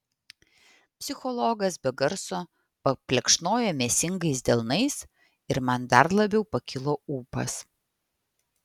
psichologas be garso paplekšnojo mėsingais delnais ir man dar labiau pakilo ūpas